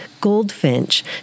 Goldfinch